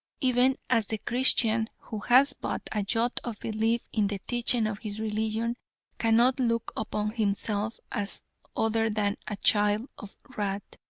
even as the christian who has but a jot of belief in the teaching of his religion cannot look upon himself as other than a child of wrath,